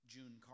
June